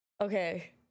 Okay